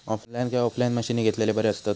Online काय offline मशीनी घेतलेले बरे आसतात?